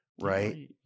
right